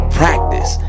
practice